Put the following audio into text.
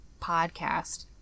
podcast